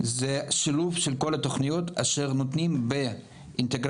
זה שילוב של כל התוכניות אשר נותנים באינטגרציה,